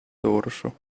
dorso